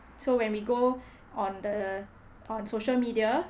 so when we go on the on social media